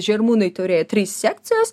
žirmūnai turėję trys sekcijos